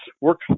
work